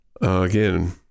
Again